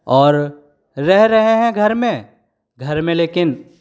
और रह रहे हैं घर में घर में लेकिन